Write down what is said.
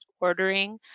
ordering